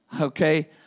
Okay